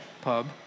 pub